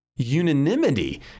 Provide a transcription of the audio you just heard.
unanimity